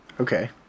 Okay